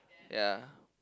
ya